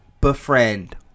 befriend